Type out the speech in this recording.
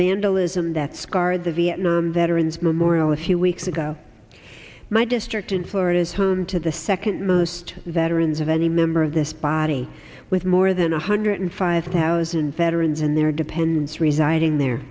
vandalism that scarred the vietnam veterans memorial a few weeks ago my district in florida is thrown to the second most veterans of any member of this body with more than a hundred five thousand veterans and their dependents residing there